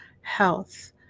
health